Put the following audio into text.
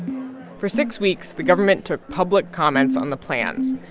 for six weeks, the government took public comments on the plans.